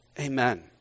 Amen